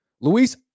Luis